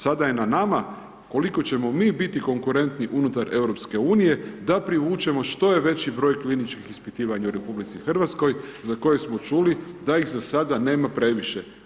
Sada je na nama koliko ćemo mi biti konkurentni unutar EU da privučemo što je veći broj kliničkih ispitivanja u RH za koje smo čuli da ih za sada nema previše.